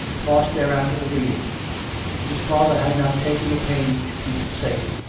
tossed there after the reading his father had not taken the pains to keep it safe,